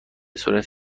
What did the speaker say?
صورت